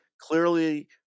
clearly